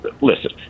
Listen